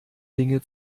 dinge